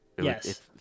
Yes